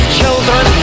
children